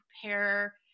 prepare